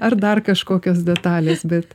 ar dar kažkokios detalės bet